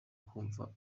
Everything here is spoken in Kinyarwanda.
kumva